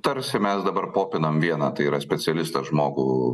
tarsi mes dabar popinam vieną tai yra specialistą žmogų